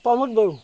Pramod Bodo